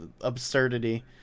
absurdity